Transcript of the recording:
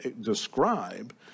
describe